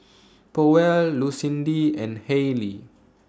Powell Lucindy and Haylie